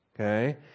Okay